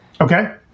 Okay